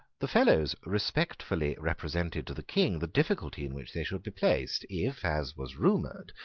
the fellows respectfully represented to the king the difficulty in which they should be placed, if, as was rumoured,